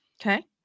Okay